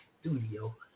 studio